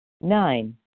Nine